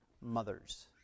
mothers